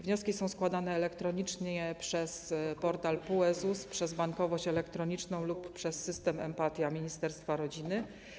Wnioski są składane elektronicznie przez portal PUE ZUS, przez bankowość elektroniczną lub przez system Empatia ministerstwa rodziny.